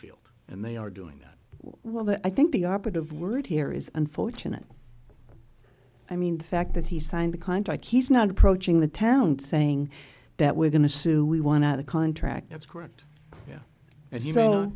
field and they are doing that while the i think the operative word here is unfortunate i mean the fact that he signed a contract he's not approaching the town saying that we're going to sue we want out the contract that's correct yeah as you